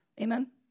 Amen